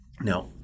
Now